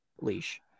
leash